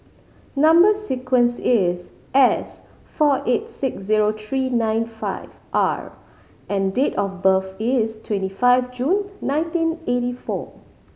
number sequence is S four eight six zero three nine five R and date of birth is twenty five June nineteen eighty four